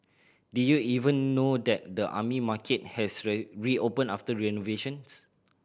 did you even know that the Army Market has reopened after renovations